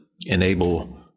enable